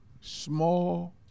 small